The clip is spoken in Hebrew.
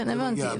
כן הבנתי,